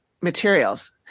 materials